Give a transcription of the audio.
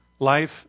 life